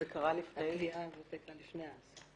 זה קרה לפני האסון.